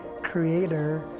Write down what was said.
creator